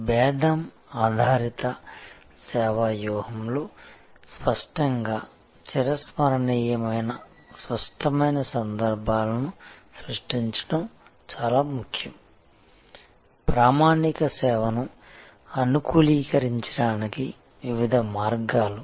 png భేదం ఆధారిత సేవా వ్యూహంలో స్పష్టంగా చిరస్మరణీయమైన స్పష్టమైన సందర్భాలను సృష్టించడం చాలా ముఖ్యం ప్రామాణిక సేవను అనుకూలీకరించడానికి వివిధ మార్గాలు